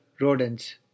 rodents